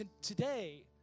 today